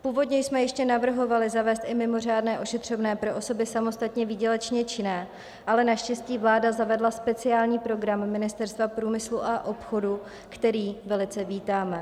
Původně jsme ještě navrhovali zavést i mimořádné ošetřovné pro osoby samostatně výdělečně činné, ale naštěstí vláda zavedla speciální program Ministerstva průmyslu a obchodu, který velice vítáme.